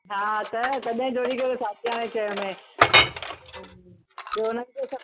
हा त तॾहिं जोरी करे साॾी यारहं चयो माए